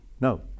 No